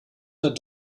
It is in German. der